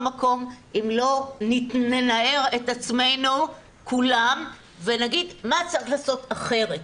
מקום אם לא ננער את עצמנו כולם ונגיד מה צריך לעשות אחרת.